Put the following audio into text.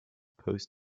post